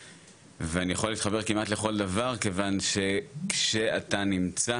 ואני יכול להתחבר כמעט לכל דבר כיוון שכשאתה נמצא